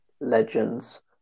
Legends